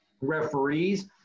referees